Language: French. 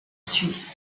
suisse